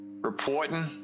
reporting